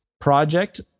project